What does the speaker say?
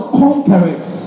conquerors